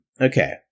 okay